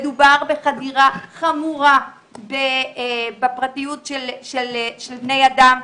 מדובר בחדירה חמורה לפרטיות של בני אדם,